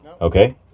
Okay